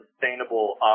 sustainable